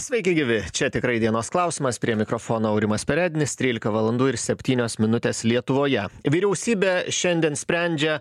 sveiki gyvi čia tikrai dienos klausimas prie mikrofono aurimas perednis trylika valandų ir septynios minutės lietuvoje vyriausybė šiandien sprendžia